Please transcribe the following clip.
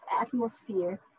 atmosphere